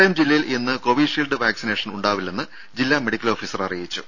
ദേഴ കോട്ടയം ജില്ലയിൽ ഇന്ന് കോവിഷീൽഡ് വാക്സിനേഷൻ ഉണ്ടാവില്ലെന്ന് ജില്ലാ മെഡിക്കൽ ഓഫീസർ അറിയിച്ചു